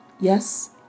Yes